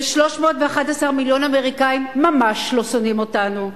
ו-311 מיליון אמריקנים ממש לא שונאים אותנו,